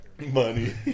money